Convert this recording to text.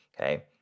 Okay